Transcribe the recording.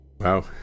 Wow